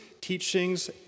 teachings